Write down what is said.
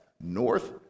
North